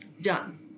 done